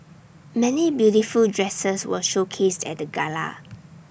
many beautiful dresses were showcased at the gala